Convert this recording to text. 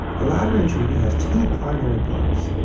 the lateran treaty has two primary parts.